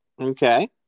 Okay